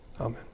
Amen